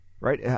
Right